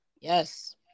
Yes